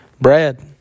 Brad